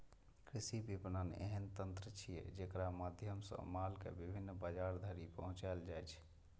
कृषि विपणन एहन तंत्र छियै, जेकरा माध्यम सं माल कें विभिन्न बाजार धरि पहुंचाएल जाइ छै